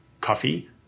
coffee